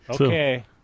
okay